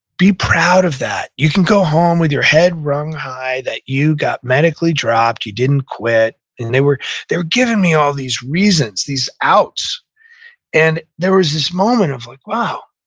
be proud of that. you can go home with your head wrung high that you got medically dropped, you didn't quit. and they were giving me all these reasons, these outs and there was this moment of like, wow.